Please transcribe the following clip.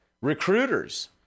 Recruiters